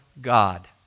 God